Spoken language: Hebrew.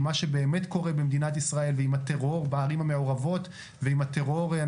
מה שבאמת קורה במדינת ישראל ועם הטרור בערים המעורבות ועם הטרור,